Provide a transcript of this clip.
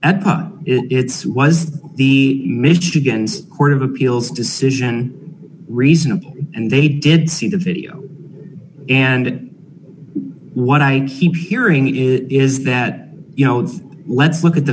at it's was the michigan's court of appeals decision reasonable and they did see the video and what i keep hearing is is that you know let's look at the